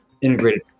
integrated